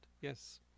yes